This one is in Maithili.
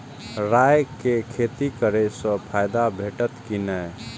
राय के खेती करे स फायदा भेटत की नै?